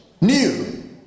new